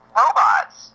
robots